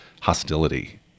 hostility